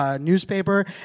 newspaper